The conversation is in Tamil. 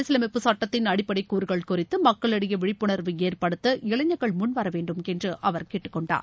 அரசியலமைப்பு சட்டத்தின் அடிப்படை கூறுகள் குறித்து மக்களிடையே விழிப்புனர்வு ஏற்படுத்த இளைஞர்கள் முன்வர வேண்டும் என்று அவர் வலியுறுத்தினார்